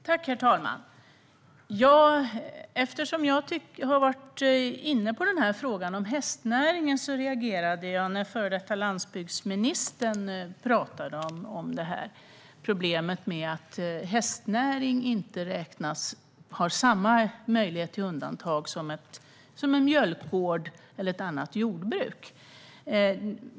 Herr talman! Eftersom jag har varit inne på frågan om hästnäringen reagerade jag när före detta landsbygdsministern pratade om problemet med att hästnäring inte har samma möjlighet till undantag som en mjölkgård eller ett annat jordbruk.